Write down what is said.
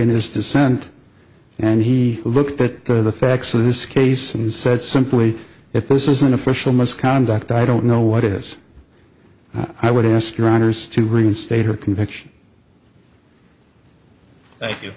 in his dissent and he looked at the facts of this case and said simply if this is an official misconduct i don't know what it is i would ask your honour's to reinstate her conviction